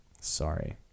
Sorry